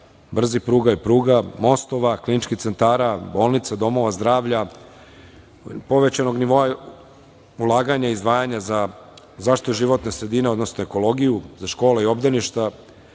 brzih pruga, mostova, kliničkih centara, bolnica, domova zdravlja, povećanog nivoa ulaganja, izdvajanja za zaštitu životne sredine, odnosno ekologiju, škole i obdaništa,